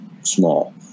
small